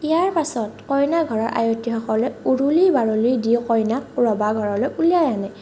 ইয়াৰ পাছত কইনাঘৰৰ আয়তীসকলে উৰুলি বাৰুলি দি কইনাক ৰভাঘৰলৈ উলিয়াই আনে